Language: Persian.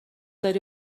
داری